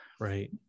right